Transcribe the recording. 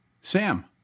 Sam